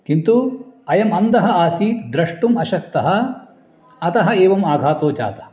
किन्तु अयम् अन्धः आसीत् द्रष्टुम् अशक्तः अतः एवम् आघातो जातः